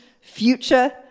future